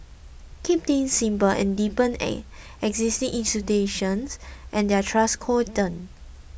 keep things simple and deepen existing institutions and their trust quotient